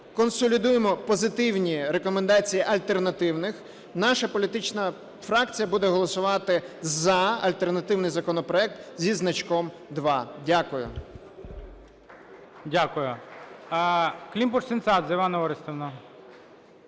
консолідуємо позитивні рекомендації альтернативних. Наша політична фракція буде голосувати за альтернативний законопроект зі значком 2. Дякую.